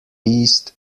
east